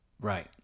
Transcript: right